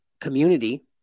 community